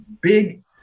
big